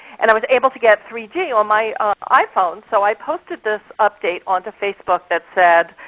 and i was able to get three g on my iphone, so i posted this update on to facebook that said